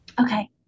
okay